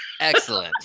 Excellent